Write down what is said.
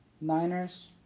Niners